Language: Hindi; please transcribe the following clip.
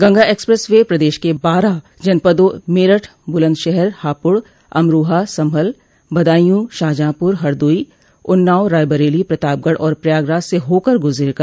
गंगा एक्सप्रेस वे प्रदेश के बारह जनपदों मेरठ बुलन्दशहर हापुड़ अमरोहा संभल बदायू शाहजहांपुर हरदोई उन्नाव रायबरेली प्रतापगढ़ और प्रयागराज से होकर गुजरेगा